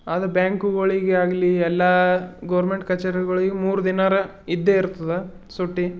ಆದ್ರ ಬ್ಯಾಂಕುಗಳಿಗೇ ಆಗಲಿ ಎಲ್ಲ ಗೌರ್ಮೆಂಟ್ ಕಚೇರಿಗಳಿಗ್ ಮೂರು ದಿನರ ಇದ್ದೇ ಇರ್ತದೆ ಸುಟ್ಟಿ